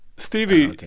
stevie,